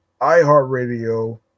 iHeartRadio